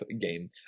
game